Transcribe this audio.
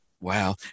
wow